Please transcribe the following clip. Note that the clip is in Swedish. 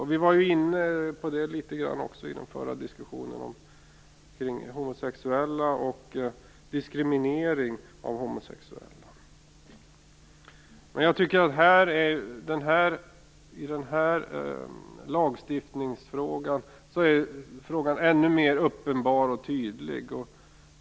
Också i den förra diskussionen var vi litet grand inne på homosexuella och diskriminering av homosexuella. I denna lagstiftningsfråga är frågan ännu mera uppenbar och tydlig.